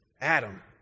Adam